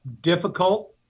difficult